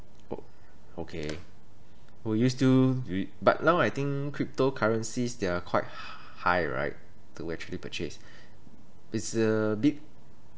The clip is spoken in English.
oh okay will you still do it but now I think cryptocurrencies they are quite high right to actually purchase it's a bit